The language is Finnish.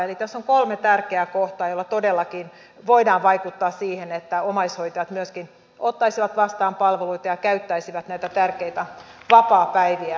eli tässä on kolme tärkeää kohtaa joilla todellakin voidaan vaikuttaa siihen että omaishoitajat myöskin ottaisivat vastaan palveluita ja käyttäisivät näitä tärkeitä vapaapäiviä